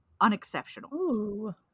unexceptional